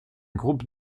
groupe